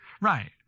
right